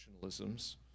nationalisms